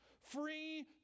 free